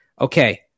okay